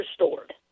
restored